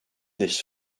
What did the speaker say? this